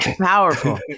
Powerful